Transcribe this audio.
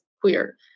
queer